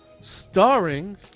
starring